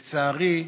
לצערי,